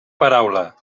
paraula